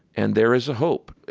and there is a hope.